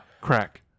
Crack